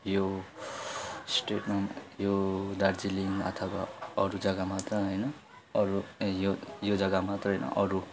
यो स्टेटमा यो दार्जिलिङ अथवा अरू जग्गा मात्र होइन अरू यो यो जग्गा मात्र होइन अरू